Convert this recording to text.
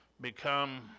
become